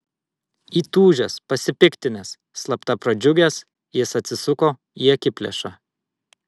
įtūžęs pasipiktinęs slapta pradžiugęs jis atsisuko į akiplėšą